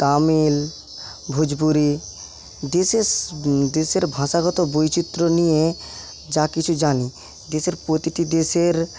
তামিল ভোজপুরি দেশের দেশের ভাষাগত বৈচিত্র্য নিয়ে যা কিছু জানি দেশের প্রতিটি দেশের